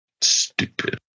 stupid